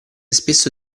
spesso